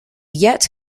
yet